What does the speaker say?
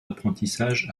apprentissage